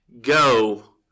go